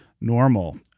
normal